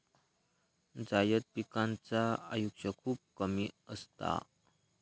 जायद पिकांचा आयुष्य खूप कमी असता